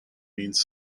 means